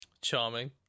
Charming